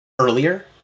earlier